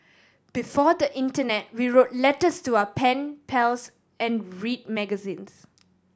before the internet we wrote letters to our pen pals and read magazines